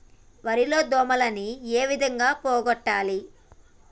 వరి లో దోమలని ఏ విధంగా పోగొట్టాలి?